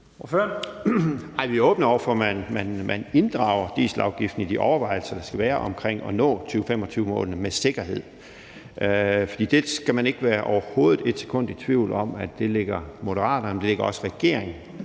er åbne over for, at man inddrager dieselafgiften i de overvejelser, der skal være omkring at nå 2025-målene med sikkerhed. For man skal overhovedet ikke være et sekund i tvivl om, at det ligger Moderaterne og at det også ligger regeringen